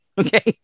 okay